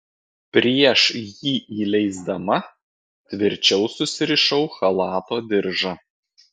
prieš jį įleisdama tvirčiau susirišau chalato diržą